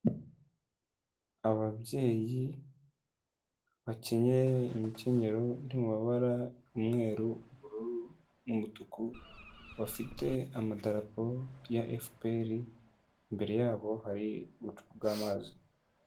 Ababyeyi bakenyeye imikenyero iri mu mabara, umweru, ubururu n'umutuku, bafite amadarapo ya FPR, imbere yabo hari ubucupa bw'amazi.